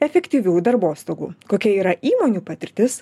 efektyvių darbostogų kokia yra įmonių patirtis